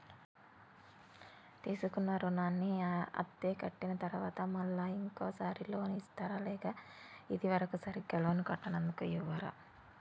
తీసుకున్న రుణాన్ని అత్తే కట్టిన తరువాత మళ్ళా ఇంకో సారి లోన్ ఇస్తారా లేక ఇది వరకు సరిగ్గా లోన్ కట్టనందుకు ఇవ్వరా?